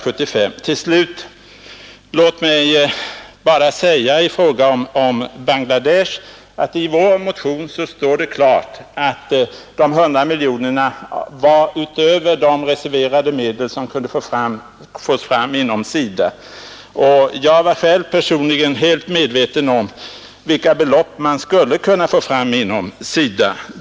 Låt mig till slut bara säga i fråga om Bangladesh att i vår motion står det klart att de 100 miljonerna skulle tillkomma utöver de reserverade medel som kunde fås fram inom SIDA. Jag var personligen medveten om vilka belopp man skulle kunna få fram inom SIDA.